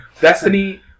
Destiny